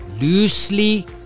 loosely